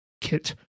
kit